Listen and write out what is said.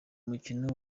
mukino